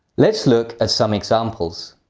let's look at some examples